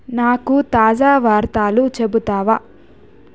నాకు తాజా వార్తాలు చెబుతావా